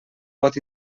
pot